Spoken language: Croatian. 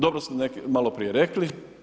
Dobro ste malo prije rekli.